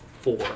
Four